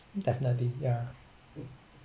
definitely yeah